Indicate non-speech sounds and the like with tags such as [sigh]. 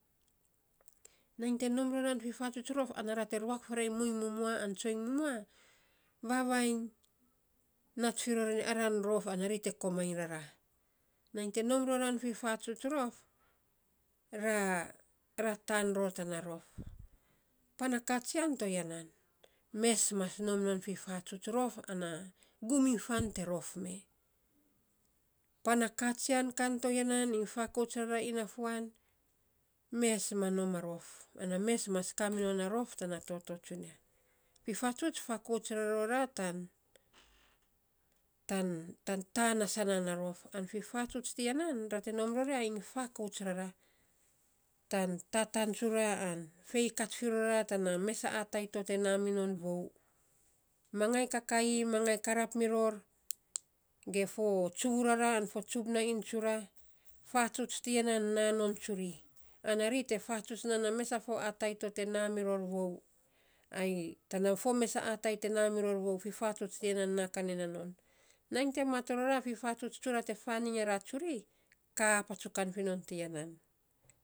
Nating te nom roran fifatsut rof, ana te ruak faarei muiny mumua ai tsoiny mumua, vavainy nat fi ror nei, a ran rof ana ri te komainy rara. Nainy te nom roran fifatsuts rof, ra ra taan ror tana rof. Pana katsian toya nan, mes mas nom non fifatsuts rof ana gum iny fan te rof mee. Pana katsian kan toya nan iny fakouts rara inafuan. Mes ma nom a rof, ana mes mas kaminon a rof tana toto tsunia. Fifatsuts fakouts varora tan [noise] tan tan taan a saanan a rof, an fifatsuts tiya nan ra te nom ror ya iny fakouts tan tataan tsura an fei kat firora tan mes a atai to te naa mi non vou. Mangaii kakaii, mangaii karap mira fo tsuvurara ge fo tsubnain tsura, fatsuts tiya naa non tsuri. Ana ri te fatsuts naa a fo mes a atai to te na miro vou. Ai tana fo mes a atai na mi vou fifatsuts tiya naa kan en na non. Nainy te mat rora fifatsuts tsura te faan iny a ra tsuri kaa patsu kan finou tiya nan.